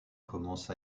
commence